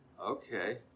okay